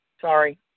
Sorry